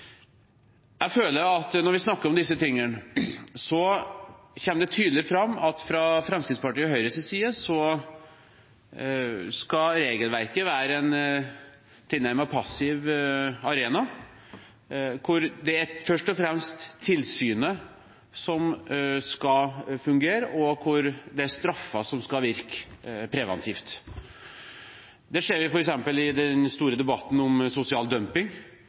Jeg føler at når vi snakker om disse tingene, kommer det tydelig fram at fra Fremskrittspartiets og Høyres side skal regelverket være en tilnærmet passiv arena, hvor det først og fremst er tilsynet som skal fungere, og hvor det er straffer som skal virke preventivt. Det ser vi f.eks. i den store debatten om sosial dumping,